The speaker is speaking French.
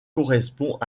correspond